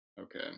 Okay